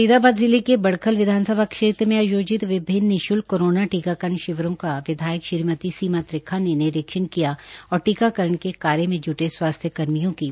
फरीदाबाद जिले में बड़खल विधानसभा क्षेत्र में आयोजित विभिन्न निशुल्क कोरोना टीकाकरण शिविरों का विधायक श्रीमती सीमा त्रिखा ने निरीक्षण किया और टीकाकरण के कार्य में जुटे स्वास्थ्य कर्मियों की प्रशंसा की